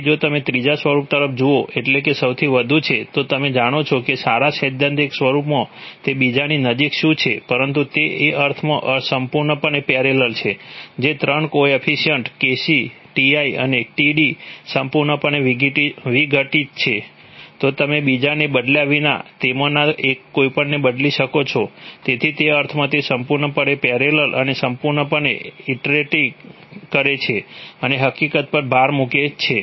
તેથી જો તમે ત્રીજા સ્વરૂપ તરફ જુઓ એટલે કે સૌથી વધુ છે તો તમે જાણો છો કે સારા સૈદ્ધાંતિક સ્વરૂપમાં તે બીજાની નજીક શું છે પરંતુ તે એ અર્થમાં સંપૂર્ણપણે પેરેલલ છે જે 3 કોએફિશિયન્ટ્સ Kc Ti અને Td સંપૂર્ણપણે વિઘટિત છે તો તમે બીજાને બદલ્યા વિના તેમાંના કોઈપણને બદલી શકો છો તેથી તે અર્થમાં તે સંપૂર્ણપણે પેરેલલ અને સંપૂર્ણપણે ઇન્ટરેક્ટિંગ કરે છે અને હકીકત પર ભાર મૂકે છે